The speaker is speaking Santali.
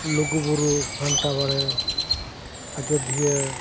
ᱞᱩᱜᱩᱼᱵᱩᱨᱩ ᱜᱷᱟᱱᱴᱟ ᱵᱟᱲᱮ ᱟᱡᱳᱫᱤᱭᱟᱹ